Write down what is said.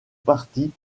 parti